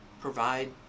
provide